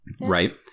right